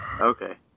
Okay